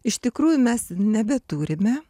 iš tikrųjų mes nebeturime